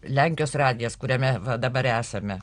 lenkijos radijas kuriame dabar esame